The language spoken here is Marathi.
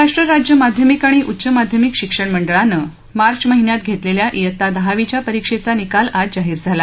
महाराष्ट्र राज्य माध्यमिक आणि उच्च माध्यमिक शिक्षणमंडळानं मार्च महिन्यात घेतलेल्या इयत्ता दहावीच्या परीक्षेचा निकाल आज जाहीर झाला